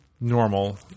normal